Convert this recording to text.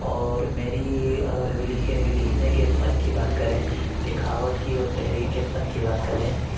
اور میری اگر لکھنے کے لکھنے کے فن کی بات کریں لکھاوٹ کی اور تحریر کے فن کی بات کریں